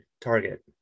target